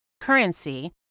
currency